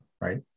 right